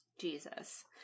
Jesus